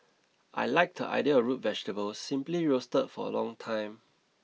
I like the idea of root vegetables simply roasted for a long time